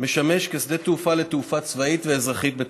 משמש שדה תעופה לתעופה צבאית ולתעופה אזרחית.